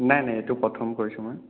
নাই নাই এইটো প্ৰথম কৰিছোঁ মই